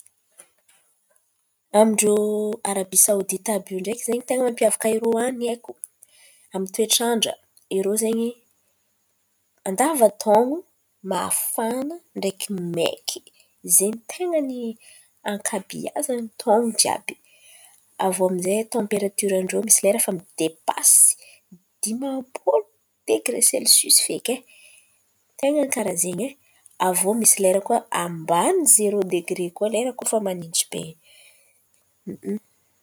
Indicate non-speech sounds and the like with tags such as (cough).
Amin-drô Arabia Saodita àby iô ndraiky zen̈y, ten̈a mampiavaka irô haiko; amin'ny toetrandra irô zen̈y mandava-taon̈o, mafana ndraiky maiky zen̈y ten̈a ny ankabeazan'ny taon̈o jiàby. Avô aminjay tamperatioran-drô misy lera efa midepasy dimam-polo degre selsisy feky ai, ten̈a karàn'izen̈y ai. Misy lera koa ambanin'ny zerô degre koa fa manintsy be in̈y. (hesitation)